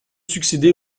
succédé